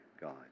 God